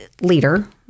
leader